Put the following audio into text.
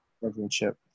championship